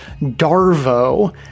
darvo